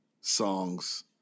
songs